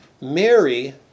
Mary